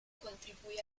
contribuì